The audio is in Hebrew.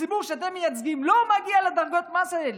הציבור שאתם מייצגים לא מגיע לדרגות מס האלה.